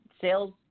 sales